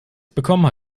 bekommen